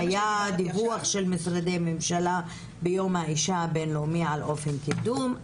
היה דיווח של משרדי ממשלה ביום האישה הבין-לאומי על אופן קידום.